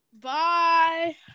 Bye